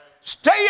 Stay